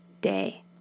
day